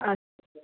अस्तु